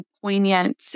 poignant